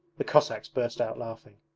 the cossacks burst out laughing.